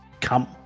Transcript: come